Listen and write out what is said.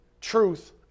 truth